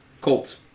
Colts